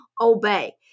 obey